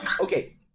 okay